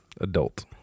Adult